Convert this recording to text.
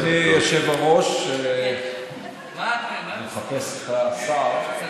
אדוני היושב-ראש, אני מחפש את השר.